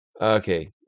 okay